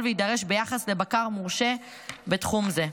ככל שיידרש ביחס לבקר מורשה בתחום זה.